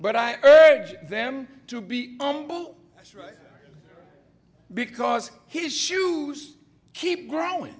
but i urge them to be humble that's right because his shoes keep growing